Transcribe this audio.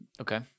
Okay